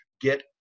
get